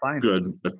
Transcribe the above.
good